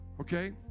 Okay